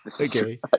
Okay